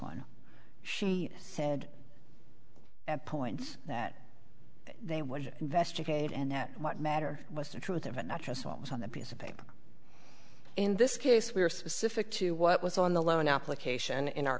one she said at points that they would investigate and that what mattered was the truth of it not just what was on the piece of paper in this case we were specific to what was on the loan application in our